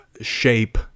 shape